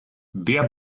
wer